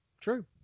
true